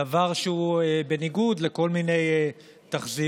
דבר שהוא בניגוד לכל מיני תחזיות,